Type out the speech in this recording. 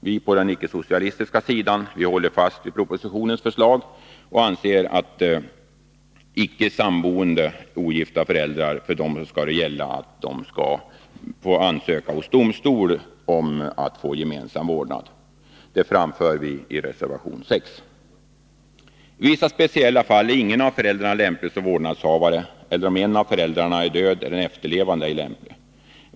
Vi på den icke-socialistiska sidan håller fast vid propositionens förslag och anser att icke samboende ogifta föräldrar skall ansöka hos domstol om de önskar gemensam vårdnad. Detta framför vi i reservation 6. I vissa speciella fall är inte någon av föräldrarna lämplig som vårdnadshavare, eller om en av föräldrarna är död kanske den efterlevande ej är lämplig.